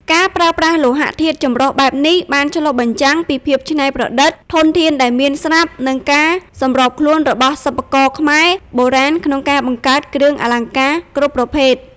ការប្រើប្រាស់លោហៈធាតុចម្រុះបែបនេះ បានឆ្លុះបញ្ចាំងពីភាពច្នៃប្រឌិត ធនធានដែលមានស្រាប់ និងការសម្របខ្លួនរបស់សិប្បករខ្មែរបុរាណក្នុងការបង្កើតគ្រឿងអលង្ការគ្រប់ប្រភេទ។